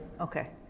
okay